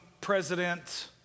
President